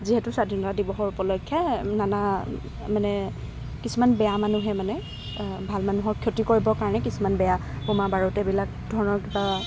যিহেটো স্বাধীনতা দিৱসৰ উপলক্ষে নানা মানে কিছুমান বেয়া মানুহে মানে ভাল মানুহৰ ক্ষতি কৰিবৰ কাৰণে কিছুমান বেয়া বোমা বাৰুদ এই ধৰণৰ কিবা